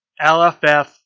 LFF